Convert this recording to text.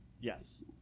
yes